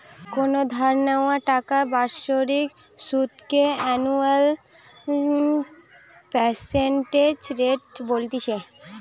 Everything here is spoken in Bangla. কোনো ধার নেওয়া টাকার বাৎসরিক সুধ কে অ্যানুয়াল পার্সেন্টেজ রেট বলতিছে